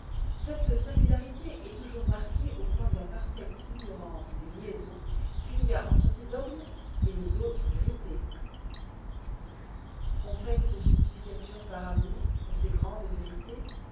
cette singularité est toujours marquée au coin de la parfaite ignorance des liaisons qu'il y a entre ces dogmes et nos autres vérités on fait cette justification par amour pour ces grandes vérités